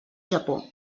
japó